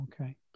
okay